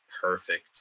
perfect